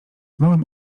małym